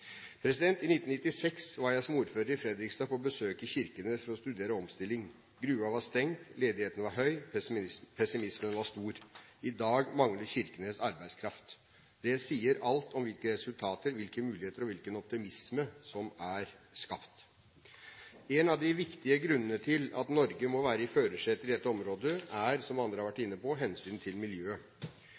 I 1996 var jeg som ordfører i Fredrikstad på besøk i Kirkenes for å studere omstilling. Gruven var stengt. Ledigheten var høy. Pessimismen var stor. I dag mangler Kirkenes arbeidskraft. Det sier alt om hvilke resultater, hvilke muligheter og hvilken optimisme som er skapt. En av de viktige grunnene til at Norge må være i førersetet i dette området, er, som andre har vært inne på, hensynet til miljøet.